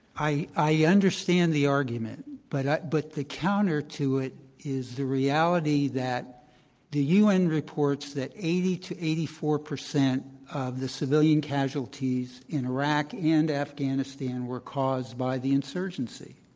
i i understand the argument, but i but the counter to it is the reality that the u. n. reports that eighty to eighty four percent of the civilian casualties in iraq and afghanistan were caused by the insurgency.